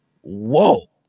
whoa